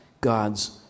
God's